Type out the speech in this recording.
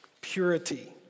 purity